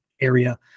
area